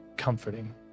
Comforting